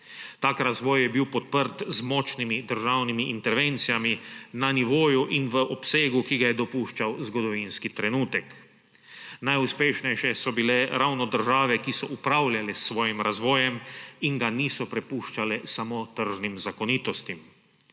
Tak razvoj je bil podprt z močnimi državnimi intervencijami na nivoju in v obsegu, ki ga je dopuščal zgodovinski trenutek. Najuspešnejše so bile ravno države, ki so upravljale s svojim razvojem in ga niso prepuščale samo tržnim zakonitostim.